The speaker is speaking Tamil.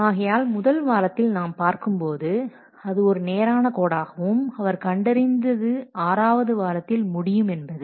ஆகையால் முதல் வாரத்தில் நாம் பார்க்கும் போது அது ஒரு நேரான கோடாகவும் அவர் கண்டறிந்தது ஆறாவது வாரத்தில் முடியும் என்பது